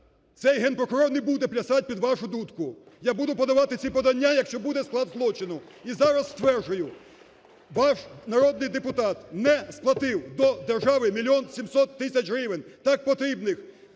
цей Генпрокурор не буде плясати під вашу дудку! Я буду подавати ці подання, якщо буде склад злочину. (Оплески) І зараз стверджую: ваш народний депутат не сплатив до держави мільйон 700 тисяч гривень, так потрібних